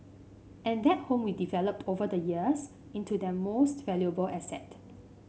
and that home we developed over the years into their most valuable asset